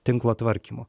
tinklo tvarkymo